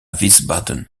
wiesbaden